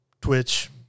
Twitch